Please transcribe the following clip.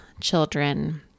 children